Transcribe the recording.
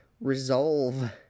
resolve